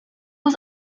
was